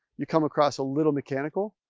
you come across a little mechanical,